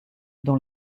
dans